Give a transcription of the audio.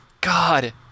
God